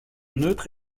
neutres